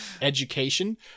education